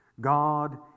God